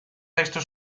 texto